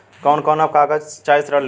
कवन कवन कागज चाही ऋण लेवे बदे?